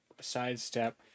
sidestep